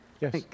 Yes